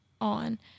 on